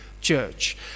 church